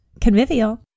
Convivial